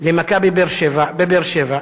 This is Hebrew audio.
ל"מכבי באר-שבע", בבאר שבע,